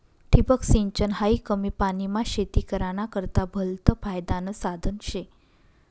ठिबक सिंचन हायी कमी पानीमा शेती कराना करता भलतं फायदानं साधन शे